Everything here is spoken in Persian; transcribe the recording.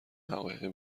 حقایق